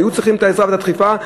והיו צריכים את העזרה ואת הדחיפה.